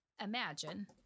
Imagine